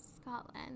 Scotland